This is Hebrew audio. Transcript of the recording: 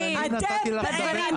-- אבל אני נתתי לך לדבר בלי שיפריעו לך.